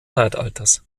zeitalters